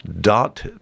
dot